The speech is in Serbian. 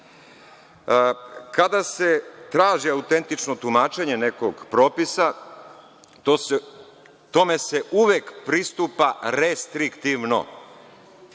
se traži autentično tumačenje nekog propisa, tome se uvek pristupa restriktivno.